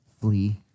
flee